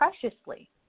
preciously